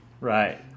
Right